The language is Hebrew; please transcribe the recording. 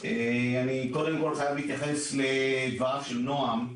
אני מבקש להתייחס לדבריו של נועם.